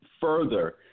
further